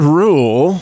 rule